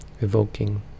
evoking